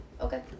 Okay